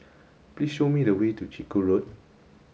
please show me the way to Chiku Road